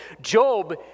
Job